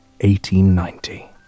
1890